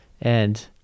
and-